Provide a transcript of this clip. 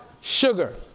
sugar